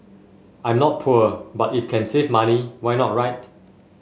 I'm not poor but if can save money why not right